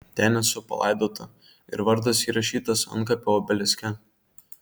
ten esu palaidota ir vardas įrašytas antkapio obeliske